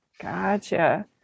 gotcha